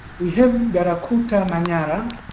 we have darakuta manyara,